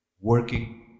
working